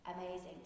amazing